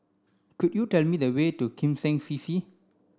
could you tell me the way to Kim Seng C C